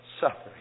Suffering